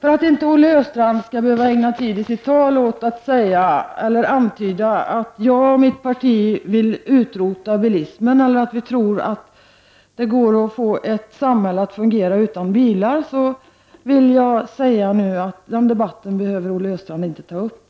För att inte Olle Östrand skall behöva ägna tid i sitt tal åt att antyda att jag och mitt parti vill utrota bilismen eller att vi tror att det går att få ett samhälle att fungera utan bilar, vill jag bara säga att den debatten behöver inte Olle Östrand ta upp.